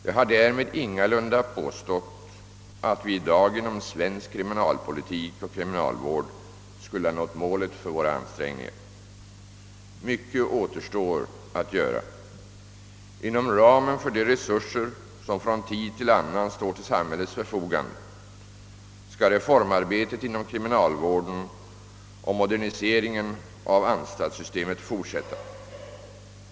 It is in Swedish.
Jag har därmed ingalunda på stått att vi i dag inom svensk kriminalpolitik och kriminalvård skulle ha nått målet för våra ansträngningar. Mycket återstår att göra. Inom ramen för de resurser, som från tid till annan står till samhällets förfogande, skall reformarbetet inom kriminalvården och moderniseringen av anstaltssystemet fortsätta.